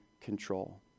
control